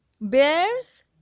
bears